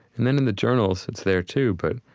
and then in the journals, it's there, too, but